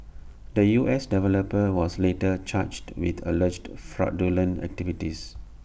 the U S developer was later charged with alleged fraudulent activities